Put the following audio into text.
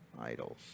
idols